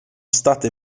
state